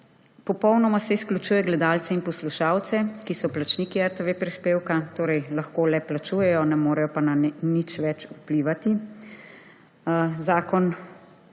Popolnoma se izključujejo gledalci in poslušalci, ki so plačniki prispevka RTV, torej lahko le plačujejo, ne morejo pa na nič več vplivati. Zakon